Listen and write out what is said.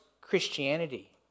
Christianity